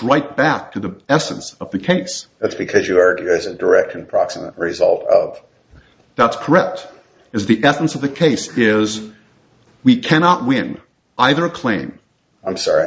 right back to the essence of the case that's because you're there as a direct and proximate result that's correct is the essence of the case because we cannot win either claim i'm sorry